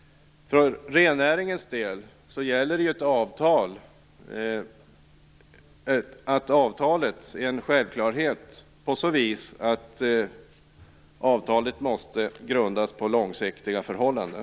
För rennäringens del gäller att avtalet självfallet måste grundas på långsiktiga förhållanden.